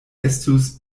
estus